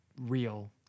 real